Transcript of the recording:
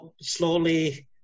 slowly